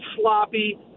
sloppy